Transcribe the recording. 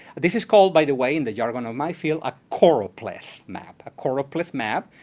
this is called, by the way, in the jargon of my field, a choropleth map. a choropleth map.